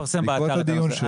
בעקבות הדיון שלנו.